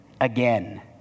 Again